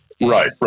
Right